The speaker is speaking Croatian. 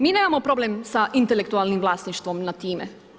Mi nemamo problem sa intelektualnim vlasništvom nad time.